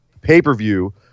pay-per-view